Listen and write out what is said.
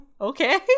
okay